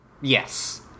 Yes